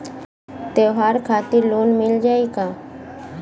त्योहार खातिर लोन मिल जाई का?